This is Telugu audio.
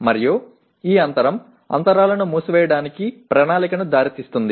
మరియు ఈ అంతరం అంతరాలను మూసివేయడానికి ప్రణాళికకు దారితీస్తుంది